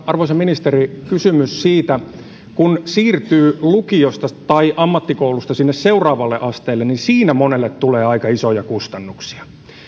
arvoisa ministeri kysymys siitä kun siirtyy lukiosta tai ammattikoulusta sinne seuraavalle asteelle siinä monelle tulee aika isoja kustannuksia